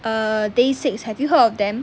err day six have you heard of them